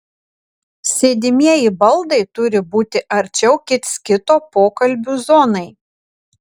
sėdimieji baldai turi būti arčiau kits kito pokalbių zonai